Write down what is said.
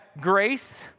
grace